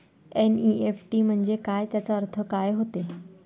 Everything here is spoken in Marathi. एन.ई.एफ.टी म्हंजे काय, त्याचा अर्थ काय होते?